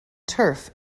turf